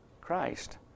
Christ